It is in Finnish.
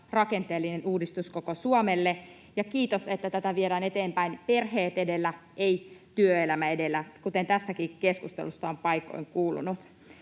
rakenteellinen uudistus koko Suomelle. Ja kiitos, että tätä viedään eteenpäin perheet edellä, ei työelämä edellä, kuten tästäkin keskustelusta on paikoin kuulunut.